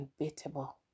unbeatable